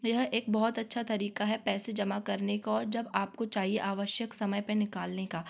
यह एक बहुत अच्छा तरीका है पैसे जमा करने का और जब आपको चाहिए आवश्यक समय पर निकालने का